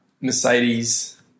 Mercedes